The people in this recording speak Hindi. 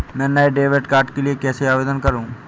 मैं नए डेबिट कार्ड के लिए कैसे आवेदन करूं?